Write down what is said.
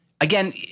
Again